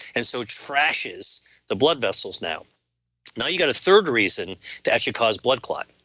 and so trashes the blood vessels now now you've got a third reason to actually cause blood clot.